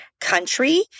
country